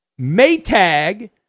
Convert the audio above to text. maytag